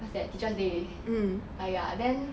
what's that teacher's day ah ya then